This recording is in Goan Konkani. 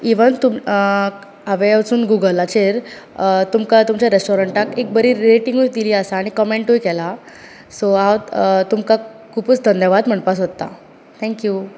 इवन तूम हांवे वचून गुगलाचेर तुमकां तुमच्या रेस्टोरंटाक एक बरी रेटींगूय दिल्ली आसा आनी कंमेंटूय केला सो हांव तुमकां खुबूच धन्यवाद म्हणपाक सोदता थेंक्यू